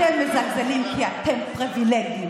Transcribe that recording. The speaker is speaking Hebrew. חבר הכנסת יוראי,